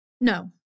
No